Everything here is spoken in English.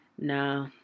No